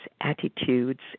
attitudes